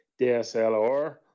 DSLR